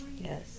Yes